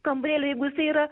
kambarėlio jeigu jisai yra